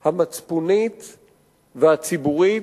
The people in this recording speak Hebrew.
המצפונית והציבורית.